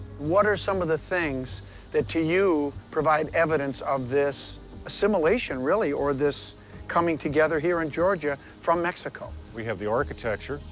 what are some of the things that, to you, provide evidence of this assimilation, really, or this coming together here in georgia from mexico? we have the architecture.